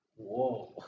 Whoa